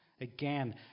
Again